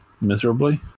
miserably